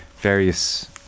various